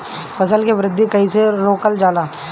फसल के वृद्धि कइसे रोकल जाला?